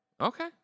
okay